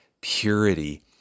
purity